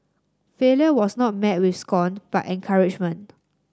failure was not met with scorn but encouragement